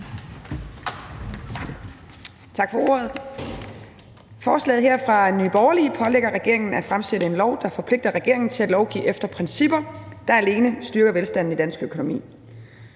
Tak for ordet. Forslaget her fra Nye Borgerlige pålægger regeringen at fremsætte et lovforslag, der forpligter regeringen til at lovgive efter principper, der alene styrer velstanden i dansk økonomi.